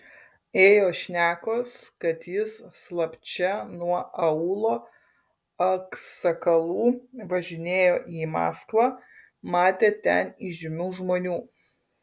ėjo šnekos kad jis slapčia nuo aūlo aksakalų važinėjo į maskvą matė ten įžymių žmonių